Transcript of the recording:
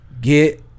get